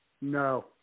No